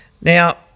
Now